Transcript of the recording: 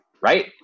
right